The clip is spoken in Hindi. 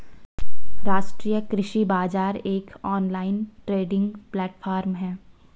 राष्ट्रीय कृषि बाजार एक ऑनलाइन ट्रेडिंग प्लेटफॉर्म है